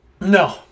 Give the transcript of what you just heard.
No